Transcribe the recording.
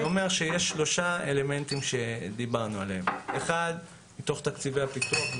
כאמור, יש שלושה אלמנטים: 1. מתוך תקציבי הפיתוח.